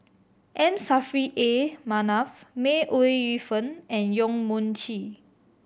M Saffri A Manaf May Ooi Yu Fen and Yong Mun Chee